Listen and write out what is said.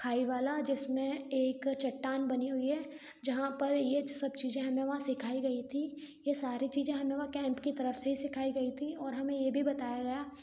खाई वाला जिसमें एक चट्टान बनी हुई है जहाँ पर ये सब चीजें हमें वहाँ सिखाई गई थीं ये सारी चीजें हमें वहाँ कैंप की तरफ से ही सिखाई गई थीं और हमें ये भी बताया गया